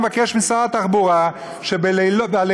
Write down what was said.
מבקש ממשרד התחבורה שבלילות,